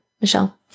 Michelle